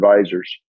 advisors